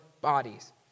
bodies